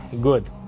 Good